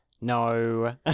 No